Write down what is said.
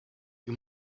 you